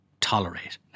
tolerate